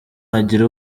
agire